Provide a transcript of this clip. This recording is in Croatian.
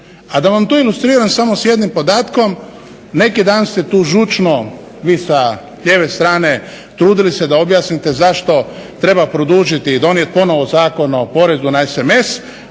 A da vam to ilustriram samo sa jednim podatkom, neki dan ste tu žuno vi sa lijeve strane trudili se da objasnite zašto treba produžiti i donijeti ponovno Zakon o porezu na SMS